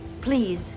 Please